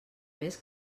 més